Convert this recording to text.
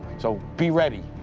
so, be ready.